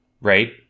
right